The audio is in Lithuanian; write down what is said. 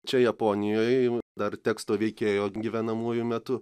čia japonijoj dar teksto veikėjo gyvenamuoju metu